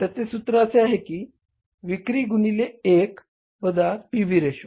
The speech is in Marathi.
त्याचे सूत्र असे आहे की विक्री गुणिले 1 वजा पी व्ही रेशो